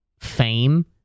fame